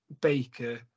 Baker